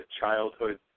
childhood